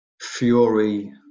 Fury